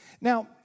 Now